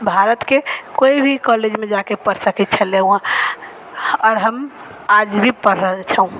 भारत के कोइ भी कॉलेजमे जाके पढ़ सके छलहुॅं हँ आओर हम आज भी पढ़ रहल छौं